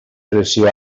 pressió